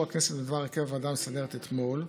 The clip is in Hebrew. הכנסת בדבר הרכב הוועדה המסדרת אתמול,